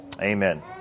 Amen